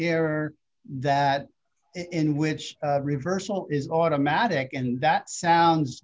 error that in which reversal is automatic and that sounds